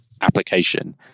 application